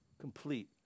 complete